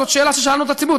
זאת שאלה ששאלנו את הציבור.